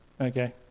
Okay